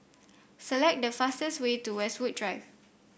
select the fastest way to Westwood Drive